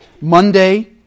Monday